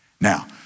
Now